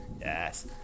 Yes